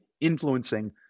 influencing